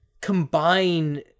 combine